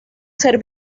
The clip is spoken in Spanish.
ser